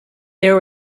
there